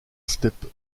steppe